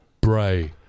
Bray